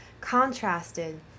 contrasted